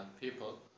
people